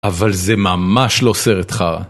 אבל זה ממש לא סרט חרא